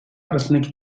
arasındaki